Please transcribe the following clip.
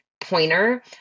pointer